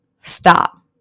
stop